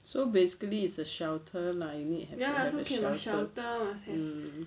so basically it's a shelter lah you need err shelter